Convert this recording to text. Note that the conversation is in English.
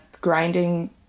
grinding